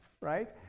right